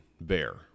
bear